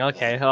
Okay